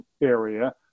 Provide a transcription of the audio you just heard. area